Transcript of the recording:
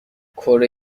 کره